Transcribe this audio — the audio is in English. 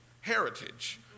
heritage